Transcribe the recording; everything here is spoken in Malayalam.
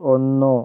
ഒന്ന്